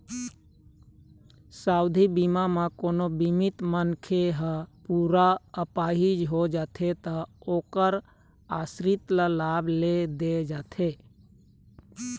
सावधि बीमा म कोनो बीमित मनखे ह पूरा अपाहिज हो जाथे त ओखर आसरित ल लाभ ल दे जाथे